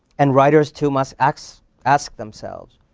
and writers, too, must ask so ask themselves,